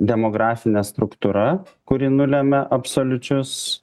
demografine struktūra kuri nulemia absoliučius